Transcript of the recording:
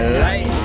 light